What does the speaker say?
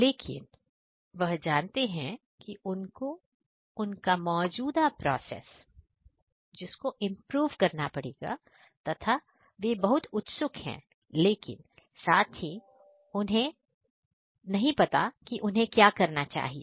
लेकिन वह जानते हैं कि उनको उनका मौजूदा प्रोसेस को इंप्रूव करना पड़ेगा तथा वह बहुत उत्सुक है लेकिन साथ ही में उन्हें नहीं पता कि क्या करना चाहिए